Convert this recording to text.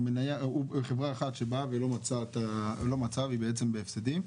חברה אחת שבאה ולא מצאה והיא בעצם בהפסדים,